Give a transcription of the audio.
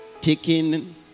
taking